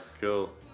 cool